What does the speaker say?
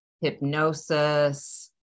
hypnosis